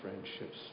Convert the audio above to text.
friendships